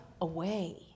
away